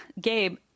gabe